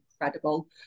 incredible